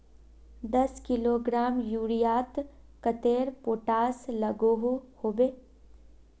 दस किलोग्राम यूरियात कतेरी पोटास लागोहो होबे?